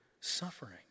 suffering